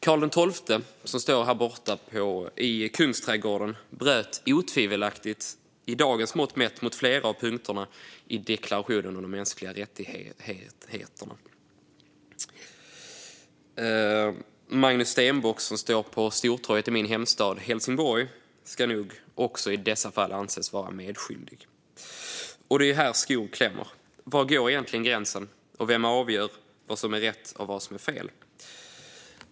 Karl XII, som står staty i Kungsträdgården, bröt otvivelaktigt med dagens mått mätt mot flera av punkterna i deklarationen om de mänskliga rättigheterna. Magnus Stenbock, som står på Stortorget i min hemstad Helsingborg, ska nog också ses som medskyldig. Det är här skon klämmer. Var går egentligen gränsen, och vem avgör vad som är rätt och vad som är fel?